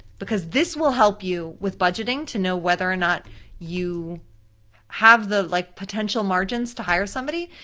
because this will help you with budgeting to know whether or not you have the like potential margins to hire somebody,